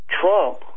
Trump